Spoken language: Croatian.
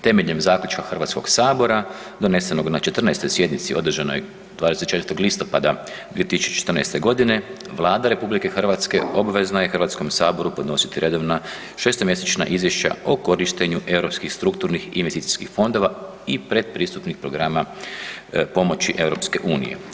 Temeljem zaključka Hrvatskog sabora donesenog na 14. sjednici održanoj 24. listopada 2014. godine Vlada RH obvezna je Hrvatskom saboru podnositi redovna šestomjesečna izvješća o korištenju europskih strukturnih investicijskih fondova i pretpristupnih pristupnih programa pomoći EU.